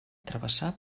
travessar